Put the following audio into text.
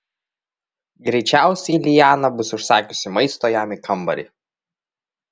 greičiausiai liana bus užsakiusi maisto jam į kambarį